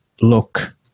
look